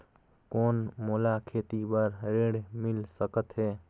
कौन मोला खेती बर ऋण मिल सकत है?